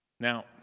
Now